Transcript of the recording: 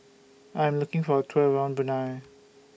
I Am looking For A Tour around Brunei